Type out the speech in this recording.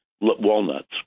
walnuts